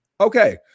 Okay